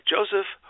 Joseph